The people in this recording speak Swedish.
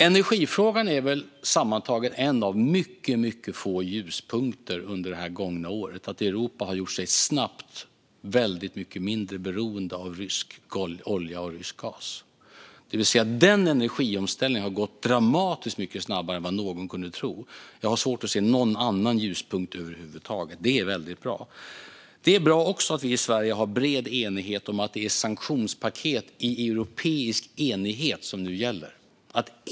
Energifrågan är sammantaget en av mycket få ljuspunkter under det gångna året. Europa har snabbt gjort sig väldigt mycket mindre beroende av rysk olja och rysk gas. Denna energiomställning har gått dramatiskt mycket snabbare än vad någon kunde tro. Jag har svårt att se någon annan ljuspunkt över huvud taget, så det här är väldigt bra. Det är också bra att vi i Sverige har en bred enighet om att det är sanktionspaket i europeisk enighet som nu gäller.